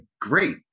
great